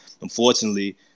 Unfortunately